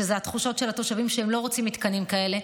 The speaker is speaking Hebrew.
שזה התחושות של התושבים שהם לא רוצים מתקנים כאלה,